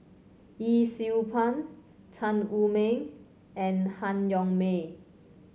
Yee Siew Pun Tan Wu Meng and Han Yong May